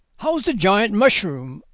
how's the giant mushroom,